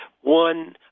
One